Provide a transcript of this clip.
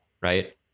Right